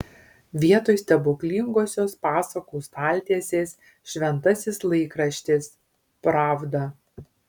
vietoj stebuklingosios pasakų staltiesės šventasis laikraštis pravda